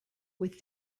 with